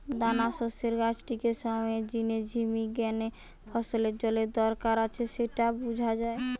দানাশস্যের গাছটিকে সময়ের জিনে ঝিমি গ্যানে ফসলের জলের দরকার আছে স্যাটা বুঝা যায়